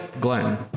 Glenn